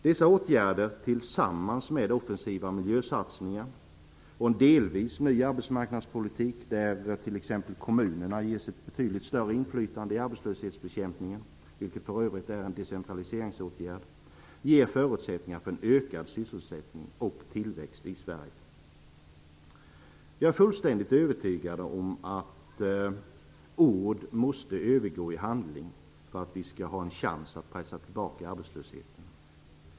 Dessa åtgärder tillsammans med offensiva miljösatsningar och en delvis ny arbetsmarknadspolitik där t.ex. kommunerna ges ett betydligt större inflytande i arbetslöshetsbekämpningen, vilket för övrigt är en decentraliseringsåtgärd, ger förutsättningar för en ökad sysselsättning och tillväxt i Sverige. Jag är fullständigt övertygad om att ord måste övergå i handling för att vi skall ha en chans att pressa tillbaka arbetslösheten.